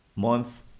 month